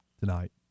tonight